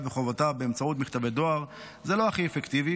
וחובותיו באמצעות מכתבי דואר זה לא הכי אפקטיבי,